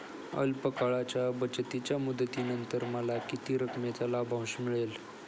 अल्प काळाच्या बचतीच्या मुदतीनंतर मला किती रकमेचा लाभांश मिळेल?